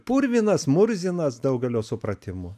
purvinas murzinas daugelio supratimu